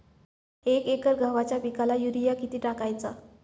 एक एकर गव्हाच्या पिकाला युरिया किती टाकायचा?